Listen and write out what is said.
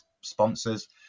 sponsors